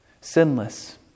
sinless